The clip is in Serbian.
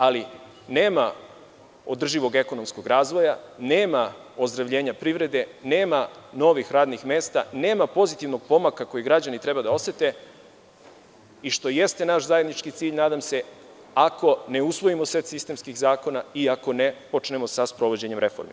Ali, nema održivog ekonomskog razvoja, nema ozdravljenja privrede, nema novih radnih mesta, nema pozitivnog pomaka koji građani treba da osete a što jeste naš zajednički cilj, nadam se, ako ne usvojimo set sistemskih zakona i ako ne počnemo sa sprovođenjem reformi.